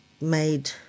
made